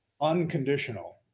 Unconditional